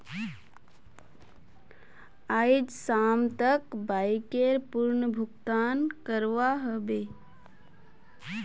आइज शाम तक बाइकर पूर्ण भुक्तान करवा ह बे